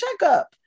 checkup